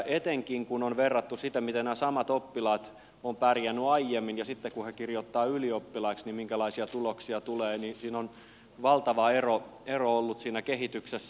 etenkin kun on verrattu sitä miten nämä samat oppilaat ovat pärjänneet aiemmin ja sitten kun he kirjoittavat ylioppilaiksi minkälaisia tuloksia tulee niin on valtava ero ollut siinä kehityksessä